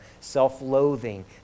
self-loathing